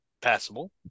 passable